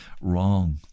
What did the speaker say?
Wrong